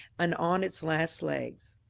and on its last legs.